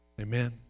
Amen